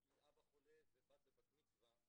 יש לי אבא חולה ובת בבת מצווה,